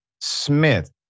Smith